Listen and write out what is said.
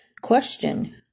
question